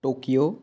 Tokyo